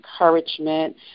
encouragement